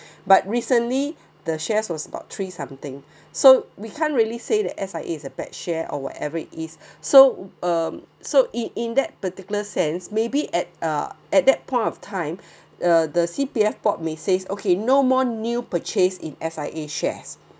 but recently the shares was about three something so we can't really say that S_I_A is a bad share or whatever it is so um so in in that particular sense maybe at uh at that point of time the the C_P_F board may say okay no more new purchase in S_I_A shares